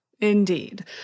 Indeed